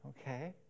okay